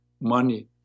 money